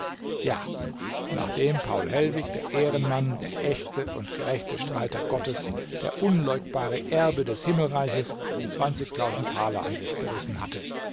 ja nachdem paul hellwig der ehrenmann der echte und gerechte streiter gottes der unleugbare erbe des himmelreiches zwanzigtausend thaler an sich gerissen hatte